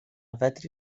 fedri